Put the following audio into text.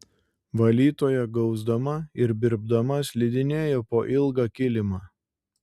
valytoja gausdama ir birbdama slidinėjo po ilgą kilimą